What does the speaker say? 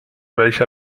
welche